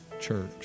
church